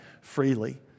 freely